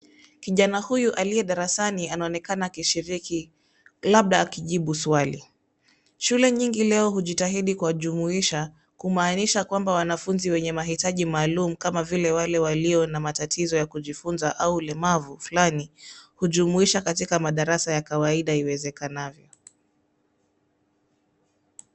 Kijana huyu aliye darasani anaonekana akishiriki, labda akijibu swali. Shule nyingi leo hujitahidi kuwajumuisha kumaanisha kwamba wanafunzi wenye mahitaji maalum kama vile wale walio na matatizo ya kujifunza au ulemavu fulani, hujumuisha katika madarasa ya kwaida iwezekanavyo.